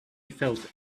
felt